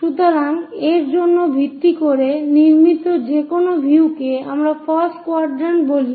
সুতরাং এর উপর ভিত্তি করে নির্মিত যেকোনো ভিউ কে আমরা ফার্স্ট কোয়াড্রান্ট বলি